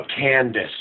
Candace